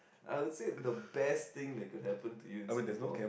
I'll say the best thing that could happen to you in Singapore